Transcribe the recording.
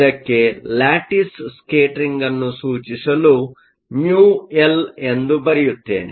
ಇದಕ್ಕೆ lattice scattering ಅನ್ನು ಸೂಚಿಸಲು ಮ್ಯೂಎಲ್μL ಎಂದು ಬರೆಯುತ್ತೇನೆ